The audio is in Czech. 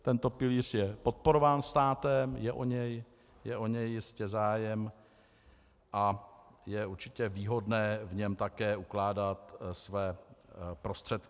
Tento pilíř je podporován státem, je o něj jistě zájem a je určitě výhodné v něm také ukládat své prostředky.